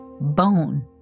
bone